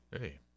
Hey